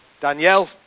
Danielle